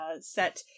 set